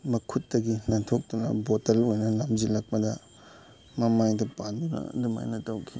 ꯃꯈꯨꯠꯇꯒꯤ ꯅꯥꯟꯊꯣꯛꯇꯨꯅ ꯕꯣꯇꯜ ꯑꯣꯏꯅ ꯂꯪꯁꯤꯜꯂꯛꯄꯗ ꯃꯃꯥꯏꯗ ꯄꯥꯟꯗꯨꯅ ꯑꯗꯨꯃꯥꯏꯅ ꯇꯧꯈꯤ